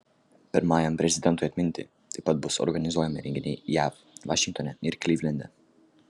pirmajam prezidentui atminti taip pat bus organizuojami renginiai jav vašingtone ir klivlende